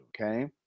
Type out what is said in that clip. okay